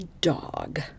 dog